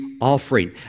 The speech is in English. Offering